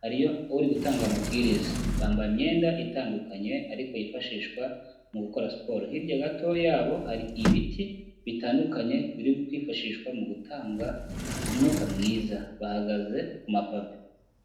hariyo uri gutanga amabwiriza. Bambaye imyenda itandukanye ariko yifashishwa mu gukora siporo, hirya gato yabo hari ibiti bitandukanye biri kwifashishwa mu gutanga umwuka mwiza bahagaze ku mapave.